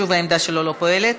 שוב העמדה שלו לא פועלת,